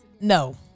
No